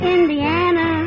Indiana